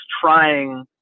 trying